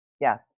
Yes